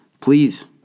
Please